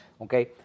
Okay